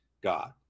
God